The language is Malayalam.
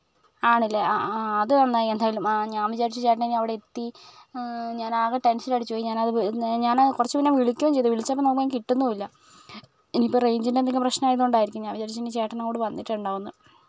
ആണല്ലേ ആ ആ അത് നന്നായി എന്തായാലും ആ ഞാൻ വിചാരിച്ചു ചേട്ടൻ ഇനി അവിടെ എത്തി ഞാൻ ആകെ ടെൻഷൻ അടിച്ചു പോയി ഞാൻ അത് ഞാൻ കുറച്ചു മുൻപേ വിളിക്കുകയും ചെയ്തു വിളിച്ചപ്പം നോക്കുമ്പോൾ കിട്ടുന്നും ഇല്ല ഇനി ഇപ്പം റേഞ്ചിൻ്റെ എന്തെങ്കിലും പ്രശ്നം ആയത് കൊണ്ടായിരിക്കും ഞാൻ വിചാരിച്ചു ഇനി ചേട്ടനോട് പറഞ്ഞിട്ടുണ്ടാകും എന്ന്